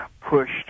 pushed